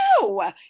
No